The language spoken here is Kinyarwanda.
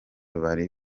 bari